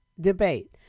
debate